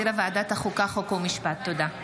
ההצעה להעביר את הצעת חוק סדר הדין הפלילי (סמכויות אכיפה,